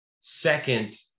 Second